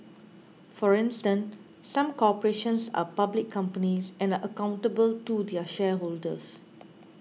for instance some corporations are public companies and are accountable to their shareholders